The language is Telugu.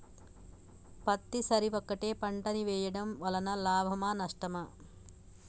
పత్తి సరి ఒకటే పంట ని వేయడం వలన లాభమా నష్టమా?